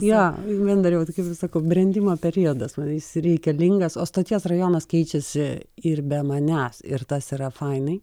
jo vien dariau tai kaip sakau brendimo periodas nu jis reikalingas o stoties rajonas keičiasi ir be manęs ir tas yra fainai